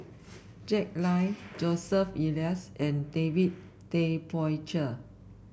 Jack Lai Joseph Elias and David Tay Poey Cher